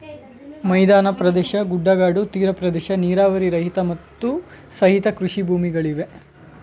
ಮೈದಾನ ಪ್ರದೇಶ, ಗುಡ್ಡಗಾಡು, ತೀರ ಪ್ರದೇಶ, ನೀರಾವರಿ ರಹಿತ, ಮತ್ತು ಸಹಿತ ಕೃಷಿ ಭೂಮಿಗಳಿವೆ